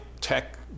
tech